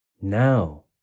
Now